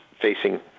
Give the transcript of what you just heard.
facing